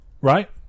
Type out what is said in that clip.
right